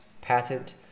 patent